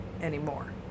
anymore